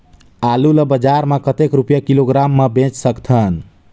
आलू ला बजार मां कतेक रुपिया किलोग्राम म बेच सकथन?